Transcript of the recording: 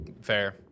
Fair